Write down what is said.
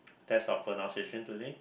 test of pronunciation today